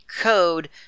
code